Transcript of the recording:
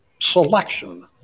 selection